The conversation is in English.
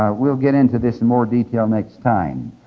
we'll get into this in more detail next time.